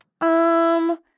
Um-